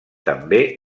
també